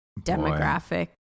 demographic